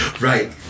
Right